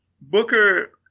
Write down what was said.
Booker